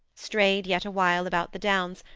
strayed yet awhile about the downs,